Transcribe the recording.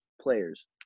players